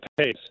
pace